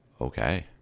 Okay